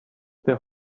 their